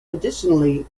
additionally